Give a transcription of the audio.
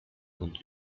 und